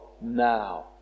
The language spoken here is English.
now